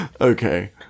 Okay